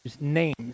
names